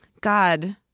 God